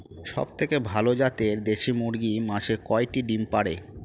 সবথেকে ভালো জাতের দেশি মুরগি মাসে কয়টি ডিম পাড়ে?